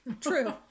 True